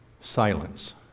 Silence